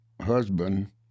husband